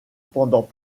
pendant